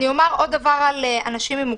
אני אומר עוד דבר על אנשים עם מוגבלות.